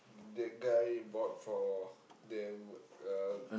that guy bought for them uh